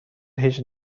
هیچ